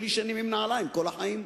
ישנים עם נעליים כל החיים.